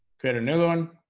create a new one